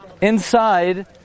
inside